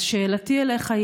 שאלותיי אליך: